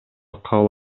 кабыл